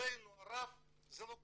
לצערנו הרב זה לא קורה,